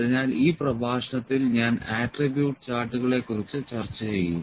അതിനാൽ ഈ പ്രഭാഷണത്തിൽ ഞാൻ ആട്രിബ്യൂട്ട് ചാർട്ടുകളെ കുറിച്ച് ചർച്ച ചെയ്യും